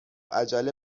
عجله